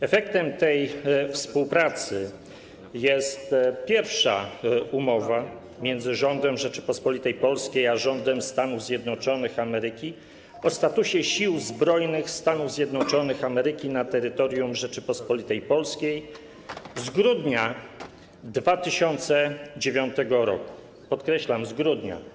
Efektem tej współpracy jest pierwsza umowa między rządem Rzeczypospolitej Polskiej a rządem Stanów Zjednoczonych Ameryki o statusie sił zbrojnych Stanów Zjednoczonych Ameryki na terytorium Rzeczypospolitej Polskiej z grudnia 2009 r., podkreślam z grudnia.